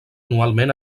anualment